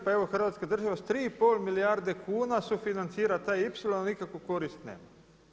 Pa evo Hrvatska država sa 3,5 milijarde kuna sufinancira taj ipsilon a nikakvu korist nema.